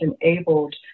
enabled